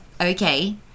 okay